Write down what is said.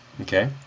Okay